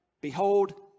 behold